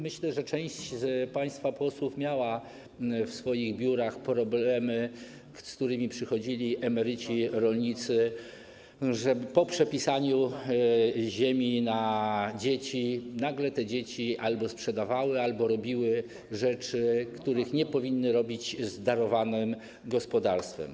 Myślę, że część z państwa posłów miała w swoich biurach problemy, z którymi przychodzili emeryci rolnicy, że po przepisaniu ziemi na dzieci nagle te dzieci albo sprzedawały, albo robiły rzeczy, których nie powinny robić z darowanym gospodarstwem.